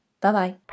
Bye-bye